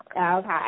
Okay